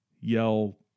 yell